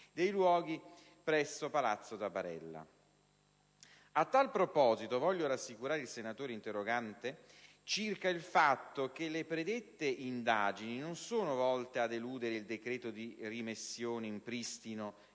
dei luoghi presso Palazzo Zabarella. A tal proposito, voglio rassicurare il senatore interrogante circa il fatto che le predette indagini non sono volte ad eludere il decreto di rimessione in pristino